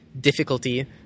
difficulty